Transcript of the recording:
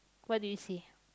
what do you see